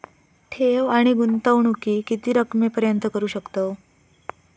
ठेव आणि गुंतवणूकी किती रकमेपर्यंत करू शकतव?